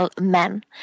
Men